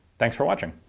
thanks for watching.